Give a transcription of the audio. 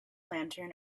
lantern